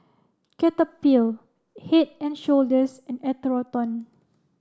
Cetaphil Head and Shoulders and Atherton